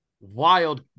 wild